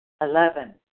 Eleven